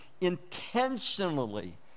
intentionally